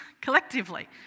collectively